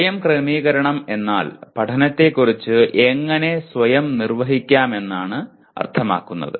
സ്വയം ക്രമീകരണം എന്നാൽ പഠനത്തെക്കുറിച്ച് എങ്ങനെ സ്വയം നിർവ്വഹിക്കാമെന്നാണ് അർത്ഥമാക്കുന്നത്